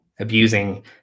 abusing